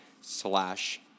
slash